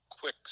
quick